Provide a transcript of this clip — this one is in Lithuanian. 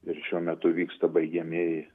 ir šiuo metu vyksta baigiamieji